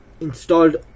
installed